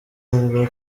avuga